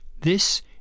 This